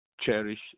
cherish